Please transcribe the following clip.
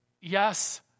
Yes